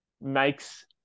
makes